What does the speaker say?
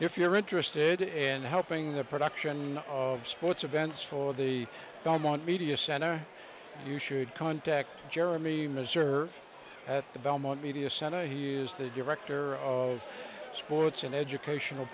if you're interested in helping the production of sports events for the belmont media center you should contact jeremy missouri at the belmont media center he is the director of sports and educational